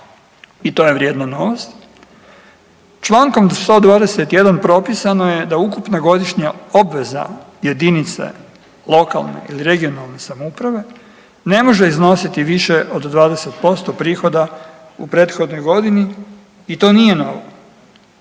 i to je vrijedna novost. Čl. 121 propisano je da ukupna godišnja obveza jedinica lokalne i regionalne samouprave ne može iznositi više od 20% prihoda u prethodnoj godini i to nije novo.